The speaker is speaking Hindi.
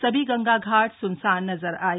सभी गंगा घाट स्नसान नजर थ ये